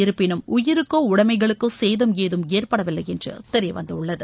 இருப்பினும் உயிருக்கோ உடமைகளுக்கோ சேதம் ஏதும் ஏற்படவில்லை என்று தெரியவந்துள்ளது